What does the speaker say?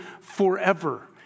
forever